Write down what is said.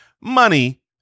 money